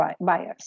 buyers